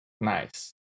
nice